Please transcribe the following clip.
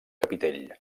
capitell